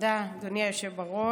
תודה רבה, אדוני היושב בראש.